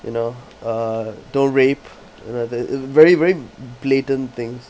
you know uh don't rape uh very very blatant things